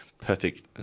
perfect